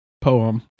poem